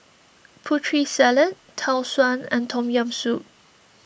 Putri Salad Tau Suan and Tom Yam Soup